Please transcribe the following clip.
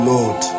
Lord